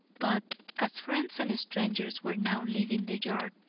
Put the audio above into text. but as friends and strangers were now leaving the yard,